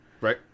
right